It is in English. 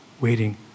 waiting